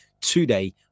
today